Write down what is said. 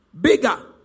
bigger